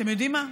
אתם יודעים מה?